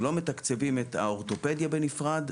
אנחנו לא מתקצבים את האורתופדיה בנפרד,